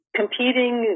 competing